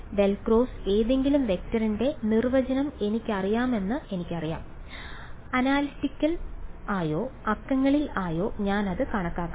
∇× ഏതെങ്കിലും വെക്ടറിന്റെ നിർവചനം എനിക്കറിയാമെന്ന് എനിക്കറിയാം അനാലിറ്റിക്കൽ ആയോ അക്കങ്ങളിൽ ആയോ ഞാൻ അത് കണക്കാക്കണം